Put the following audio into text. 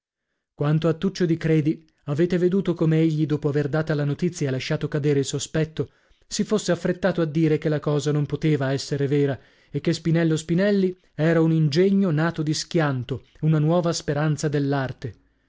quanto a tuccio di credi avete veduto come egli dopo aver data la notizia e lasciato cadere il sospetto si fosse affrettato a dire che la cosa non poteva esser vera e che spinello spinelli era un ingegno nato di schianto una nuova speranza dell'arte